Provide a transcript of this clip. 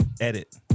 edit